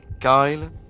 Kyle